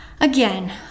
again